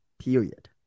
period